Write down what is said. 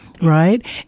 Right